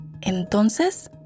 Entonces